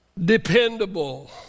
dependable